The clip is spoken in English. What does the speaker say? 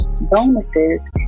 bonuses